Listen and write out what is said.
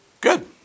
Good